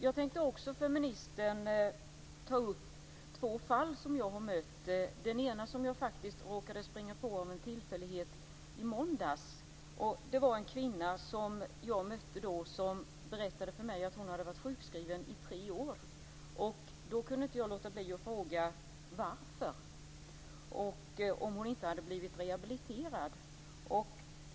Jag tänkte ta upp två fall med ministern som jag har stött på. Det ena gäller en person som jag faktiskt råkade springa på av en tillfällighet i måndags. Det var en kvinna som jag mötte som berättade för mig att hon hade varit sjukskriven i tre år. Då kunde jag inte låta bli att fråga varför och om hon inte hade blivit rehabiliterad.